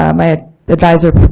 um my adviser